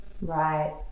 Right